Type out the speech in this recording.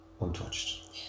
untouched